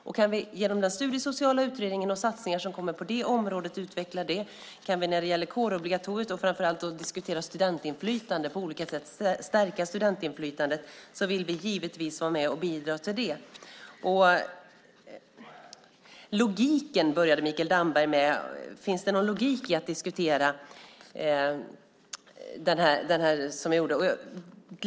Om vi genom den studiesociala utredningen och satsningar på det området och om vi, när det gäller kårobligatoriet, framför allt kan diskutera och stärka studentinflytandet vill vi givetvis vara med och bidra till det. Mikael Damberg undrade om det finns någon logik i att diskutera som jag gjorde.